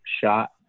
shot